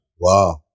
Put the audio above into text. Wow